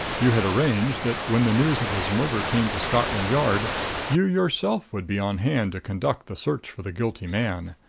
you had arranged that when the news of his murder came to scotland yard you yourself would be on hand to conduct the search for the guilty man.